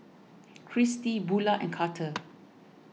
Kristy Bula and Karter